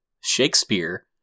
Shakespeare